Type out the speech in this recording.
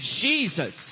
jesus